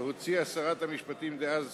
שהוציאה שרת המשפטים דאז,